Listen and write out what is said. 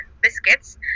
biscuits